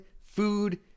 food